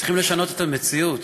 צריכים לשנות את המציאות,